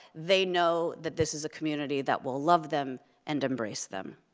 they know that this is a community that will love them and embrace them.